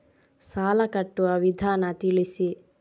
ಸಾಲ ಕಟ್ಟುವ ವಿಧಾನ ತಿಳಿಸಿ?